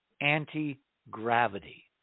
anti-gravity